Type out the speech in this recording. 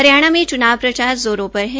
हरियाणा में चुनाव प्रचार जोरों पर है